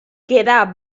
quedà